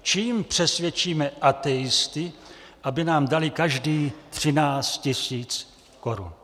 Čím přesvědčíme ateisty, aby nám dali každý třináct tisíc korun?